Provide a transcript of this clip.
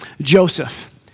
Joseph